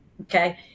Okay